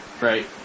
Right